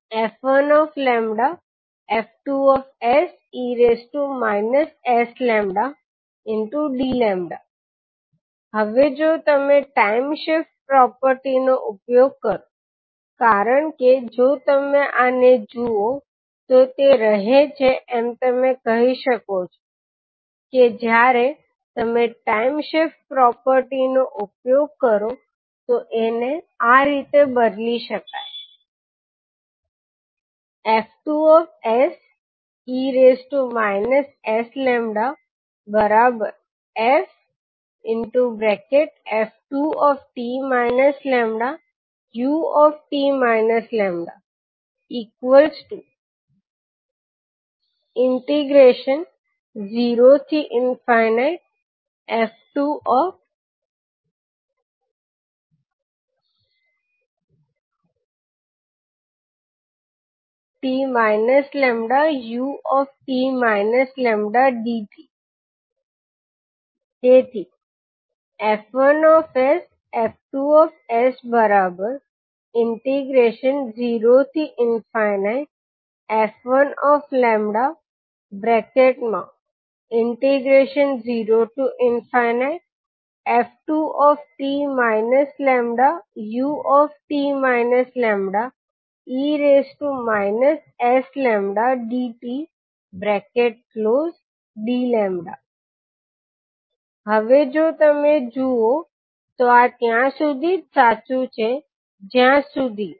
હવે જો તમે ફંક્શન f1 નું લાપ્લાસ ટ્રાન્સફોર્મ લો તો F1S 0f1e sλdλ આનો 𝐹2𝑠 સાથે ગુણતા આપશે 𝐹1𝑠𝐹2𝑠 0f1F2se sλdλ હવે જો તમે ટાઇમ શિફ્ટ પ્રોપર્ટી નો ઉપયોગ કરો કારણકે જો તમે આને જુઓ તો તે રહે છે તમે કહી શકો કે જયારે તમે ટાઇમ શિફ્ટ પ્રોપર્ટી નો ઉપયોગ કરો તો એને આ રીતે બદલી શકાય F2se sλff2t λut λ0f2t λut λdt તેથી F1sF2s0f1λ0f2t λut λe sλdtdλ હવે જો તમે જુઓ તો આ ત્યાં સુધી જ સાચું છે જ્યાં સુધી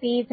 𝑡 𝜆